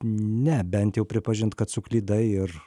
ne bent jau pripažint kad suklydai ir